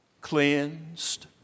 cleansed